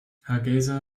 hargeysa